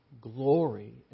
glory